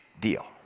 deal